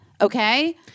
Okay